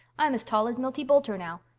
i'm as tall as milty boulter now.